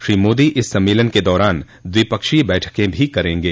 श्री मोदी इस सम्मेलन के दौरान द्विपक्षीय बैठकें भी करेंगे